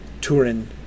Turin